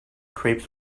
crepes